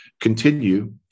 continue